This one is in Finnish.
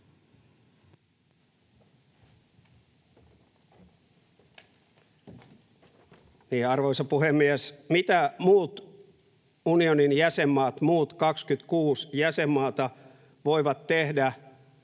Arvoisa puhemies! Mitä muut unionin jäsenmaat, muut 26 jäsenmaata voivat tehdä